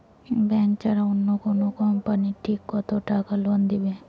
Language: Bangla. ব্যাংক ছাড়া অন্য কোনো কোম্পানি থাকি কত টাকা লোন দিবে?